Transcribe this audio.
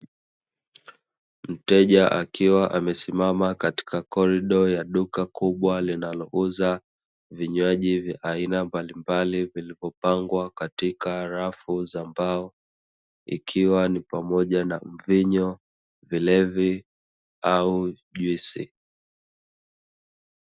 Mteja akiwa amesimama katika korido ya duka kubwa, linalouza vinywaji vya aina mbalimbali vilivyopangwa katika rafu za mbao, ikiwa ni pamoja na mvinyo, vilevi au juisi.